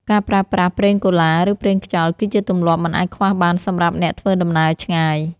ការប្រើប្រាស់ប្រេងកូឡា ឬប្រេងខ្យល់ គឺជាទម្លាប់មិនអាចខ្វះបានសម្រាប់អ្នកធ្វើដំណើរឆ្ងាយ។